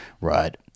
Right